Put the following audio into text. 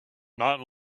not